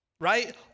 Right